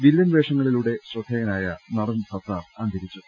villain വേഷങ്ങളിലൂടെ ശ്രദ്ധേയനായ നടൻ സത്താർ അന്തരി ച്ചു